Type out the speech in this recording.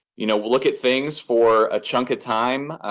you know, look at things for a chunk of time,